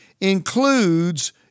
includes